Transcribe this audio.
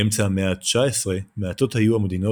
באמצע המאה התשע עשרה מעטות היו המדינות